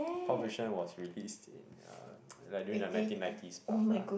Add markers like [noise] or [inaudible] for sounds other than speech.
Pulp Fiction was released in uh [noise] like during the nineteen nineties plus ah